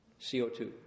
CO2